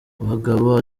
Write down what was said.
bagabo